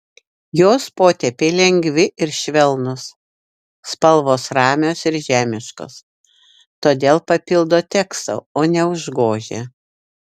jos potėpiai lengvi ir švelnūs spalvos ramios ir žemiškos todėl papildo tekstą o ne užgožia